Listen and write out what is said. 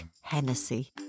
Hennessy